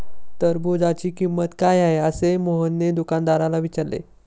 टरबूजाची किंमत काय आहे असे मोहनने दुकानदाराला विचारले?